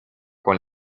con